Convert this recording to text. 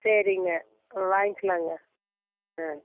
சரிங்க ஆ வாங்கிக்கலாம்ங்க ஆ